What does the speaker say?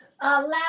Allow